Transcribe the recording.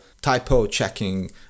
typo-checking